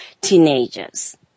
teenagers